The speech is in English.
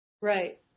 Right